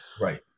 Right